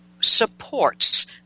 supports